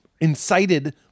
incited